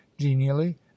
genially